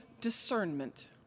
discernment